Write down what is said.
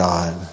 God